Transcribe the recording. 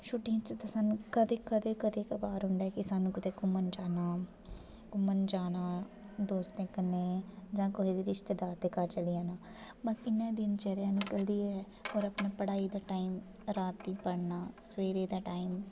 छुट्टियें च ते सानूं कदें कदें कवार होंदा कि सानूं कुदै घूम्मन जाना घूम्मन जाना दोस्तें कन्नै जां कोहे रिश्तेदार दे घर चली जाना बस इ'यां दिनचार्य निकलदी ऐ होर अपने पढ़ाई दा टाइम रातीं पढ़ना सबैह्रे दा टाइम